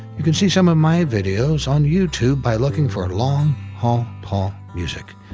you can see some of my videos on youtube by looking for long haul paul music.